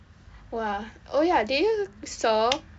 !wah! oh ya did you loo~ saw